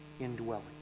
indwelling